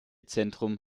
zentrum